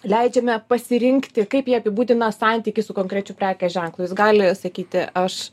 leidžiame pasirinkti kaip jie apibūdina santykį su konkrečiu prekės ženklu jis gali sakyti aš